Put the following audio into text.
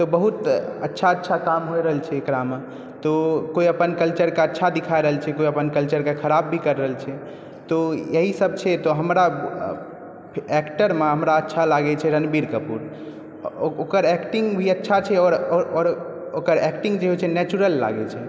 बहुत अच्छा अच्छा काम होइ रहल छै एकरामे तो कोई अपन कल्चर के अच्छा दिखा रहल छै कोई अपन कल्चर के ख़राब भी कर रहल छै तो यही सब छै तऽ हमरा एक्टर मे हमरा अच्छा लागै छै रणवीर कपुर ओकर एक्टिंग भी अच्छा छै आओर ओकर एक्टिंग होइ छै नेचुरल लागै छै